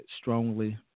strongly